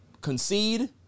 concede